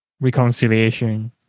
reconciliation